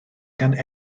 gan